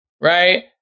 right